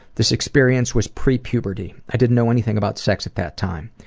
this experience was pre puberty. i didn't know anything about sex at that time.